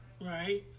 right